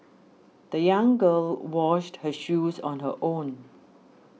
the young girl washed her shoes on her own